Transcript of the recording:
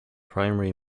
primary